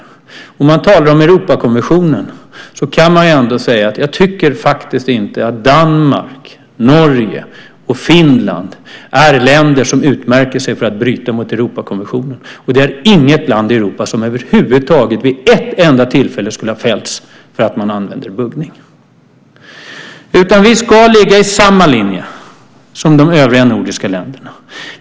Man talar om Europakonventionen. Jag tycker faktiskt inte att Danmark, Norge och Finland är länder som utmärker sig genom att bryta mot Europakonventionen. Inget land i Europa skulle över huvud taget vid ett enda tillfälle ha fällts för att man använder buggning. Vi ska ligga i samma linje som de övriga nordiska länderna.